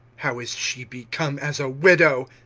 how is she become as a widow!